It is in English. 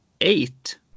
eight